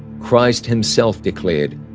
christ himself declared,